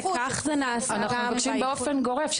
אנו מבקשים באופן גורף,